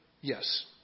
yes